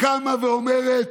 קמה ואומרת: